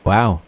Wow